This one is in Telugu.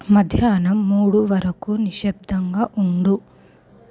మధ్యాహ్నం మూడు వరకు నిశ్శబ్దంగా ఉండు